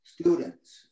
students